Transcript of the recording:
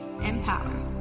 empower